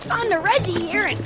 on to reggie here and